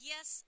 Yes